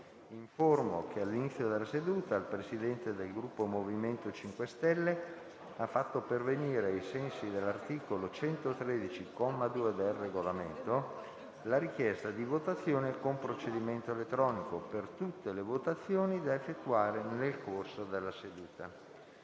che all'inizio della seduta il Presidente del Gruppo MoVimento 5 Stelle ha fatto pervenire, ai sensi dell'articolo 113, comma 2, del Regolamento, la richiesta di votazione con procedimento elettronico per tutte le votazioni da effettuare nel corso della seduta.